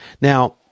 Now